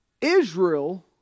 Israel